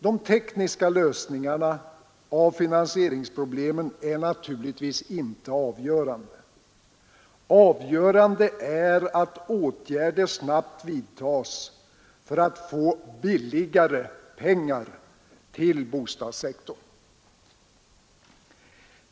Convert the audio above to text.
De tekniska lösningarna av finansieringsproblemen är naturligtvis inte avgörande. Avgörande är att åtgärder snabbt vidtas för att man skall få ”billigare pengar” till bostadssektorn.